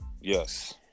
Yes